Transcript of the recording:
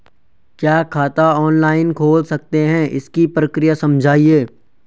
क्या खाता ऑनलाइन खोल सकते हैं इसकी प्रक्रिया समझाइए?